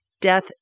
death